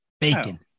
Bacon